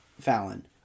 Fallon